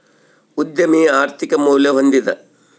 ಉದ್ಯಮಿ ಆರ್ಥಿಕ ಮೌಲ್ಯ ಹೊಂದಿದ